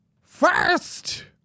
First